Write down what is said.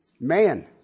Man